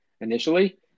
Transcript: initially